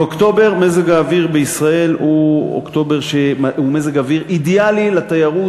באוקטובר מזג האוויר בישראל הוא מזג אוויר אידיאלי לתיירות,